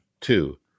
Two